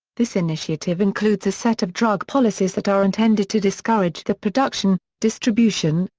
this initiative includes a set of drug policies that are intended to discourage the production, distribution,